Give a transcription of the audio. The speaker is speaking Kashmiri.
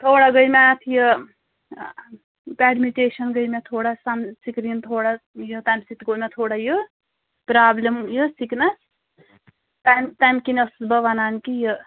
تھوڑا گٔے مےٚ اَتھ یہِ پٮ۪ڈمِٹیٚشَن گٔے مےٚ تھوڑا سَن سِکریٖن تھوڑا یہِ تَمہِ سۭتۍ گوٚو مےٚ تھوڑا یہِ پرٛابلِم یہِ سِکنَس تَمہِ تَمہِ کِنۍ ٲسٕس بہٕ وَنان کہِ یہِ